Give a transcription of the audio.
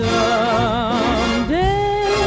Someday